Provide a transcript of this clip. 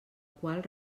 qual